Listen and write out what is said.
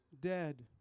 dead